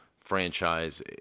franchise